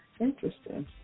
Interesting